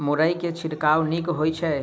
मुरई मे छिड़काव नीक होइ छै?